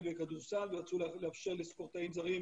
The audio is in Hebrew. ובכדורסל ורצו לאפשר לספורטאים זרים,